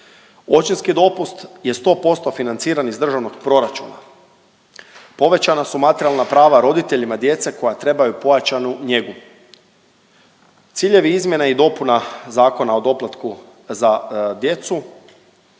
Očinski dopust je 100% financiran iz Državnog proračuna. Povećana su materijalna prava roditeljima djeca koja trebaju pojačanu njegu. Ciljevi izmjena i dopuna Zakona o doplatku za djecu